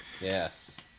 Yes